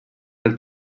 dels